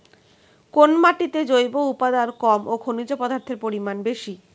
কোন মাটিতে জৈব উপাদান কম ও খনিজ পদার্থের পরিমাণ বেশি?